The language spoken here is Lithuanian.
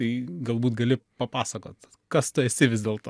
tai galbūt gali papasakot kas tu esi vis dėlto